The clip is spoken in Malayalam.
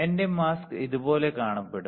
എന്റെ മാസ്ക് ഇതുപോലെ കാണപ്പെടും